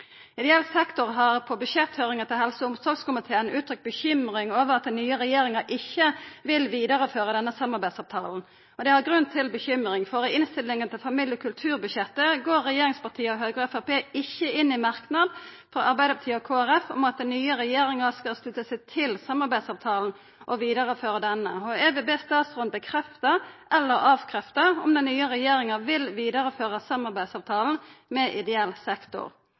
Ideell sektor har på budsjetthøyringa til helse- og omsorgskomiteen uttrykt bekymring over at den nye regjeringa ikkje vil vidareføra denne samarbeidsavtalen. Det er grunn til bekymring, for i innstillinga til familie- og kulturbudsjettet går regjeringspartia, Høgre og Framstegspartiet, ikkje inn i merknaden frå Arbeidarpartiet og Kristeleg Folkeparti om at den nye regjeringa skal slutta seg til samarbeidsavtalen og vidareføra denne. Eg vil be statsråden stadfesta eller avkrefta om den nye regjeringa vil vidareføra samarbeidsavtalen med ideell sektor.